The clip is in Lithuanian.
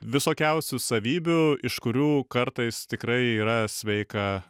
visokiausių savybių iš kurių kartais tikrai yra sveika